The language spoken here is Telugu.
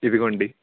ఇదిగోండి